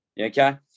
okay